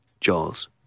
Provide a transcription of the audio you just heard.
Jaws